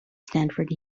stanford